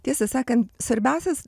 tiesą sakant svarbiausias